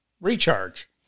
recharge